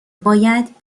باید